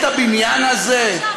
את הבניין הזה?